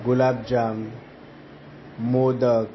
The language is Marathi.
गुलाबजाम मोदक